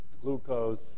glucose